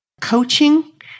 coaching